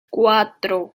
cuatro